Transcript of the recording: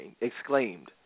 exclaimed